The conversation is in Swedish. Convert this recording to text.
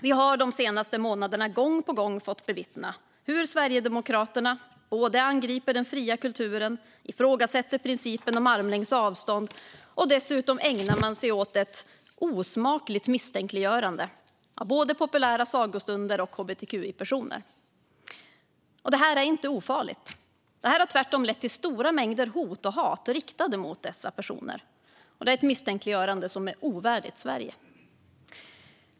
Vi har de senaste månaderna gång på gång fått bevittna hur Sverigedemokraterna både angriper den fria kulturen och ifrågasätter principen om armlängds avstånd. Dessutom ägnar man sig åt ett osmakligt misstänkliggörande av både populära sagostunder och hbtqi-personer. Detta är inte ofarligt. Det har tvärtom lett till stora mängder hot och hat riktat mot dessa personer. Det är ett misstänkliggörande som är ovärdigt Sverige.